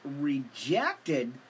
rejected